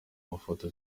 mafoto